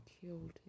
killed